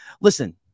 listen